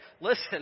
listen